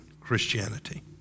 Christianity